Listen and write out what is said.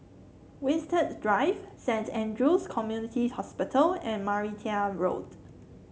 Winstedt Drive Saint Andrew's Community Hospital and Martia Road